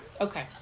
Okay